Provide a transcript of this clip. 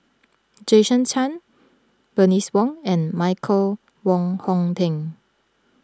Jason Chan Bernice Wong and Michael Wong Hong Teng